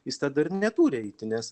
jis dar neturi eiti nes